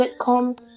sitcom